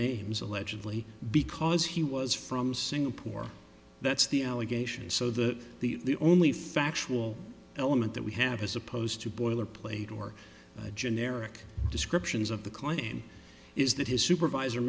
names allegedly because he was from singapore that's the allegation so that the only factual element that we have as opposed to boilerplate or generic descriptions of the claim is that his supervisor